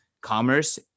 commerce